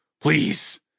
please